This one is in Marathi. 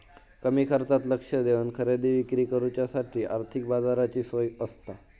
कमी खर्चात लक्ष देवन खरेदी विक्री करुच्यासाठी आर्थिक बाजाराची सोय आसता